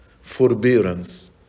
forbearance